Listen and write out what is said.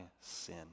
sin